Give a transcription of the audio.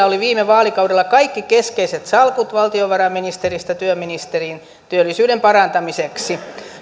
oli viime vaalikaudella kaikki keskeiset salkut valtiovarainministeristä työministeriin työllisyyden parantamiseksi